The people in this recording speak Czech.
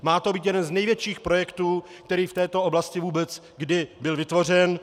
Má to být jeden z největších projektů, který v této oblasti vůbec kdy byl vytvořen.